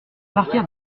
partir